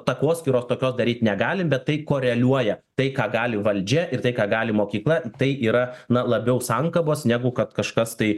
takoskyros tokios daryt negalim bet tai koreliuoja tai ką gali valdžia ir tai ką gali mokykla tai yra na labiau sankabos negu kad kažkas tai